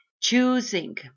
choosing